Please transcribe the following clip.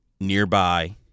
nearby